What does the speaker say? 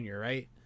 Right